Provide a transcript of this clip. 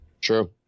True